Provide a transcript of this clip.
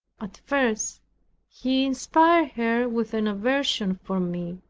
at first he inspired her with an aversion for me,